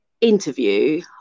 interview